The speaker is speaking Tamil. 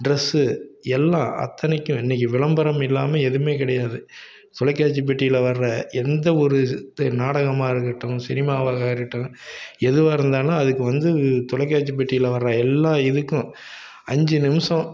ட்ரெஸ்ஸு எல்லாம் அத்தனைக்கும் இன்றைக்கி விளம்பரம் இல்லாமல் எதுவுமே கிடையாது தொலைக்காட்சி பெட்டியில் வர்ற எந்த ஒரு இது நாடகமாக இருக்கட்டும் சினிமாவாக இருக்கட்டும் எதுவாக இருந்தாலும் அதுக்கு வந்து தொலைக்காட்சி பெட்டியில் வர்ற எல்லாம் இதுக்கும் அஞ்சு நிமிடம்